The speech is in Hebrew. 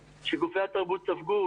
גם שר התרבות שם דגש גדול על החזרת עובדים,